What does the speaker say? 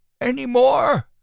anymore